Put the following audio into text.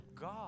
God